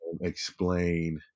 explain